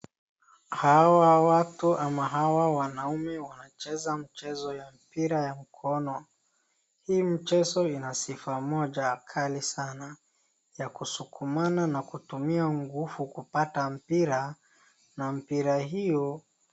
Hawa watu ama hawa wanaume wanacheza mchezo ya mpira ya mkono. Hii mchezo ina sifa moja kali sana, ya kusukumana na kutumia nguvu kupata mpira, na mpira hio...